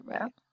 right